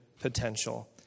potential